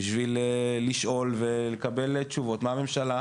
בשביל לשאול ולקבל תשובות מהממשלה,